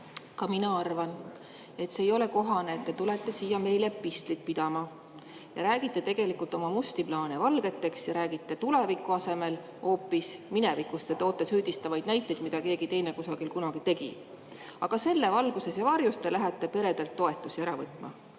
Ka mina arvan, et see ei ole kohane, et te tulete meile siia epistlit pidama. Te räägite oma musti plaane valgeks, räägite tuleviku asemel hoopis minevikust ja toote süüdistavaid näiteid, mida keegi teine kunagi kusagil tegi. Aga selle valguses ja varjus te lähete peredelt toetusi ära võtma.